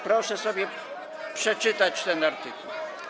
Proszę sobie przeczytać ten artykuł.